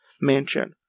mansion